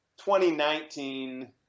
2019 –